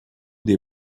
des